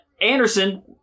Anderson